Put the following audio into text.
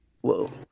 whoa